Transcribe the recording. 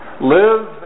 Live